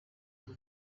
bw’u